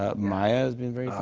ah maya's been very